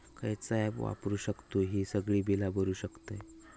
खयचा ऍप वापरू शकतू ही सगळी बीला भरु शकतय?